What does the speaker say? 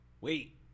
Wait